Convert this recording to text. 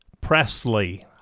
Presley